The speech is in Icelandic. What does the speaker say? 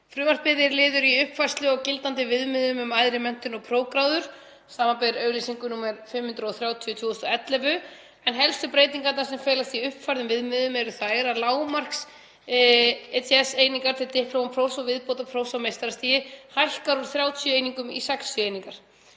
Frumvarpið er liður í uppfærslu á gildandi viðmiðum um æðri menntun og prófgráður, samanber auglýsingu nr. 530/2011, en helstu breytingarnar sem felast í uppfærðum viðmiðum eru þær að lágmark ECTS-eininga til diplómaprófs og viðbótarprófs á meistarastigi hækkar úr 30 einingum í 60 einingar,